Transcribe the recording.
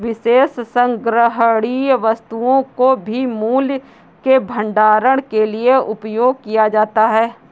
विशेष संग्रहणीय वस्तुओं को भी मूल्य के भंडारण के लिए उपयोग किया जाता है